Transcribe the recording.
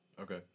Okay